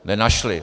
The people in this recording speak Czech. Nenašli!